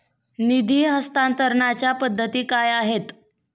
निधी हस्तांतरणाच्या पद्धती काय आहेत?